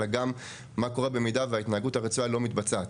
אלא גם מה קורה במידה וההתנהגות הרצויה לא מתבצעת.